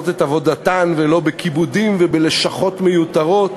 את עבודתן ולא בכיבודים ובלשכות מיותרות,